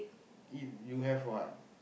eat you have what